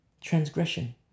Transgression